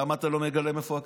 למה אתה לא מגלה מאיפה הכסף?